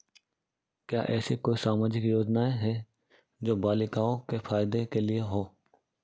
क्या ऐसी कोई सामाजिक योजनाएँ हैं जो बालिकाओं के फ़ायदे के लिए हों?